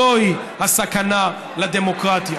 זוהי הסכנה לדמוקרטיה.